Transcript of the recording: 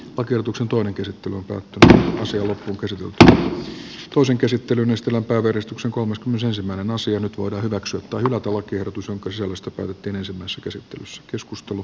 oikeutuksen toinen käsittely on koottu vuosi oli kyse mutta toisen käsittelyn estela klaveristuksen kolmas myös ensimmäinen asia nyt voidaan hyväksyä tornadot ovat tiedotus on kosovosta pelättiin ensimmäiset esittelyssä keskustelu